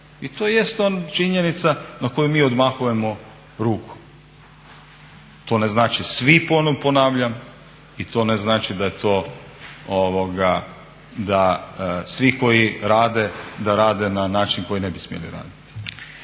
i to jest činjenica na koju mi odmahujemo rukom. To ne znači svi ponovo ponavljam i to ne znači da svi koji rade da rade na način koji ne bi smjeli raditi.